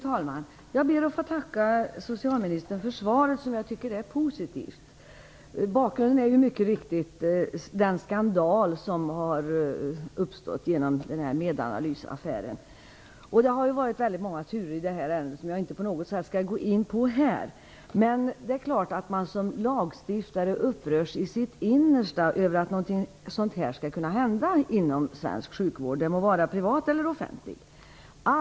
Fru talman! Jag ber att få tacka socialministern för svaret, som jag tycker är positivt. Bakgrunden är mycket riktigt den skandal som har inträffat genom Medanalysaffären. Det har varit många turer i ärendet, som jag inte skall gå in på här. Men som lagstiftare upprörs man i sitt innersta över att någonting sådant här skall kunna hända inom svensk sjukvård - det må vara privat eller offentlig vård.